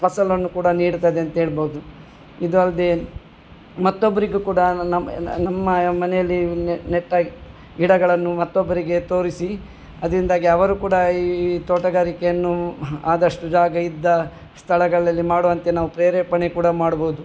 ಫಸಲನ್ನು ಕೂಡ ನೀಡ್ತದೆ ಅಂಥೇಳ್ಬೋದು ಇದು ಅಲ್ಲದೇ ಮತ್ತೊಬ್ಬರಿಗೂ ಕೂಡ ನನ್ನ ಮ್ ನಮ್ಮ ಮನೆಯಲ್ಲಿ ನೆಟ್ಟ ಗಿಡಗಳನ್ನು ಮತ್ತೊಬ್ಬರಿಗೆ ತೋರಿಸಿ ಅದರಿಂದಾಗಿ ಅವರು ಕೂಡ ಈ ಈ ತೋಟಗಾರಿಕೆಯನ್ನು ಆದಷ್ಟು ಜಾಗ ಇದ್ದ ಸ್ಥಳಗಳಲ್ಲಿ ಮಾಡುವಂತೆ ನಾವು ಪ್ರೇರೇಪಣೆ ಕೂಡ ಮಾಡ್ಬೋದು